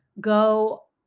go